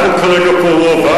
אנחנו פה כרגע רוב.